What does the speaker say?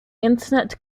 internet